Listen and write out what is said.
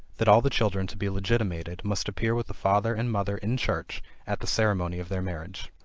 that all the children to be legitimated must appear with the father and mother in church at the ceremony of their marriage.